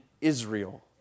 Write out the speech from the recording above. Israel